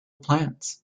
plants